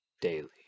daily